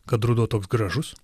kad ruduo toks gražus